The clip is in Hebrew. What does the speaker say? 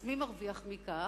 אז מי מרוויח מכך?